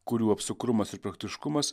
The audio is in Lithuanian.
kurių apsukrumas ir praktiškumas